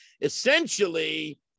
essentially